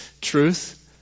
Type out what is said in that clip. truth